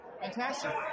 Fantastic